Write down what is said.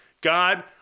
God